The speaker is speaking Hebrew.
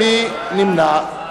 תודה.